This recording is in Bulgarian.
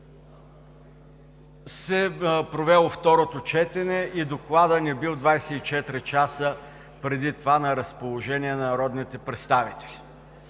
е провело второто четене и докладът не бил 24 часа преди това на разположение на народните представители.